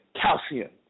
calcium